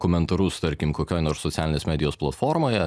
komentarus tarkim kokioj nors socialinės medijos platformoje